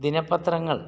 ദിനപത്രങ്ങൾ